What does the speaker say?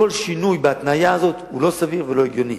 כל שינוי בהתניה הזאת הוא לא סביר ולא הגיוני,